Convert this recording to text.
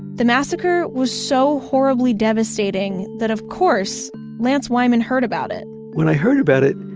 the massacre was so horribly devastating that of course lance wyman heard about it when i heard about it,